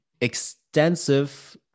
extensive